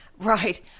Right